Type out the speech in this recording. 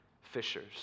fishers